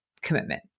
commitment